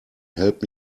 helped